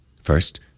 First